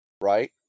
Right